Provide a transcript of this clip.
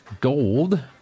Gold